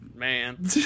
Man